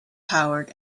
powered